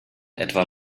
etwa